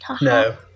No